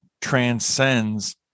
transcends